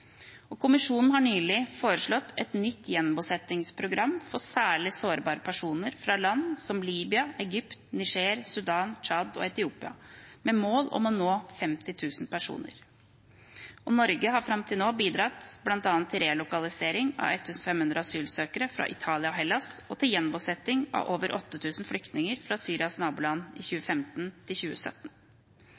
Kommisjonen har nylig foreslått et nytt gjenbosettingsprogram for særlig sårbare personer fra land som Libya, Egypt, Niger, Sudan, Tsjad og Etiopia med mål om å nå 50 000 personer. Norge har fram til nå bidratt bl.a. til relokalisering av 1 500 asylsøkere fra Italia og Hellas og til gjenbosetting av over 8 000 flyktninger fra Syrias naboland i